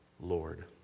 Lord